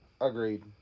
Agreed